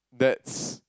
that's